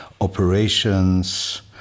operations